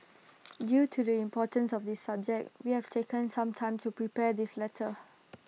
due to the importance of the subject we have taken some time to prepare this letter